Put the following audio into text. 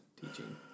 teaching